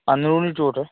अंदरूनी चोट है